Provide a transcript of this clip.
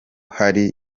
hari